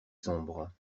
sombre